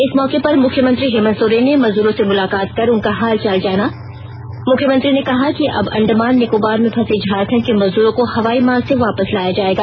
इस मौके पर मुख्यमंत्री हेमन्त सोरेन ने मजदूरों से मुलाकात कर उनका हाल चाल जाना मुख्यमंत्री ने कहा कि अब अंडमान निकोबार में फंसे झारखंड के मजदूरों को हवाई मार्ग से वापस लाया जाएगा